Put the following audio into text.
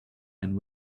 and